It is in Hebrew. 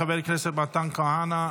חבר הכנסת מתן כהנא,